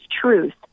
truth